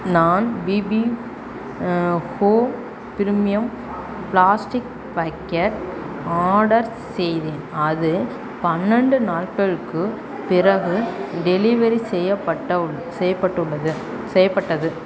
நான் BB home premium plastic bucket order செய்தேன் அது பன்னெண்டு நாட்களுக்கு பிறகு டெலிவரி செய்யப்பட்ட செய்யப்பட்டுள்ளது செய்யப்பட்டது